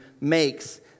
makes